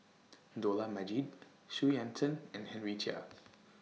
Dollah Majid Xu Yuan Zhen and Henry Chia